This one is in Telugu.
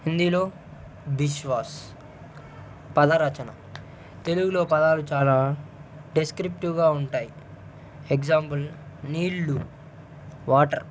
హిందీలో బిశ్వాస్ పద రచన తెలుగులో పదాలు చాలా డెస్క్రిప్టివ్గా ఉంటాయి ఎగ్జాంపుల్ నీళ్ళు వాటర్